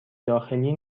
داخلی